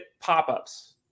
pop-ups